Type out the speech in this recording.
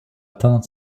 atteindre